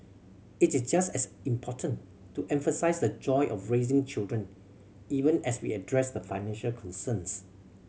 it's just as important to emphasise the joy of raising children even as we address the financial concerns